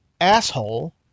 asshole